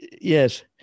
Yes